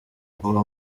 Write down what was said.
uwo